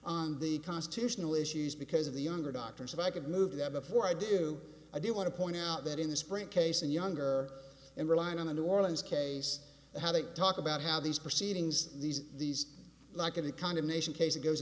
on the constitutional issues because of the younger doctors if i can move there before i do i do want to point out that in the sprint case and younger and relying on the new orleans case how they talk about how these proceedings these these like any condemnation case goes